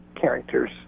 characters